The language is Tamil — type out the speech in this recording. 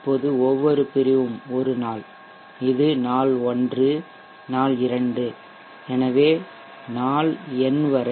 இப்போது ஒவ்வொரு பிரிவும் ஒரு நாள் இது நாள் 1 நாள் 2 எனவே நாள் n வரை